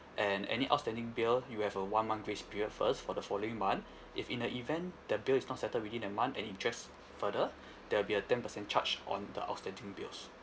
and any outstanding bill you have a one month grace period first for the following month if in the event that bill is not settled within a month and it drags further there'll be a ten percent charge on the outstanding bills